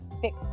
fix